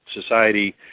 Society